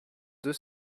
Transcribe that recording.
deux